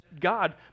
God